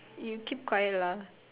you keep quiet lah